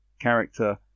character